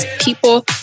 people